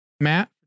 matt